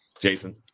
Jason